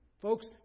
folks